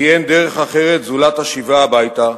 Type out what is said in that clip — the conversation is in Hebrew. כי אין דרך זולת השיבה הביתה,